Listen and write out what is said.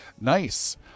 Nice